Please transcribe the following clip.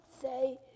say